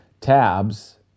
tabs